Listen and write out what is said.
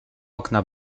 okna